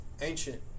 ancient